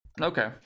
Okay